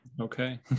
Okay